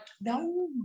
no